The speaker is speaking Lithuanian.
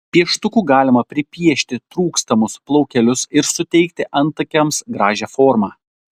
pieštuku galima pripiešti trūkstamus plaukelius ir suteikti antakiams gražią formą